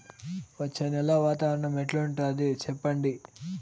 వచ్చే నెల వాతావరణం ఎట్లుంటుంది చెప్పండి?